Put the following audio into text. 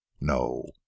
No